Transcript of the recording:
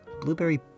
Blueberry